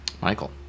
Michael